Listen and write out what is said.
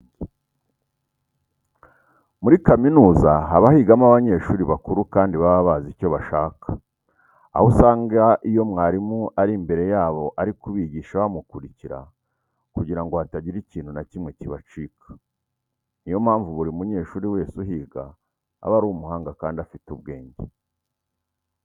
Muri kaminuza haba higamo abanyeshuri bakuru kandi baba bazi icyo bashaka, aho usanga iyo mwarimu ari imbere yabo ari kubigisha bamukurikira kugira ngo hatagira ikintu na kimwe kibacika. Niyo mpamvu buri munyeshuri wese uhiga aba ari umuhanga kandi afite n'ubwenge.